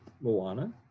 Moana